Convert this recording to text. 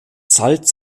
salz